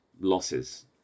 losses